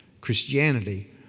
Christianity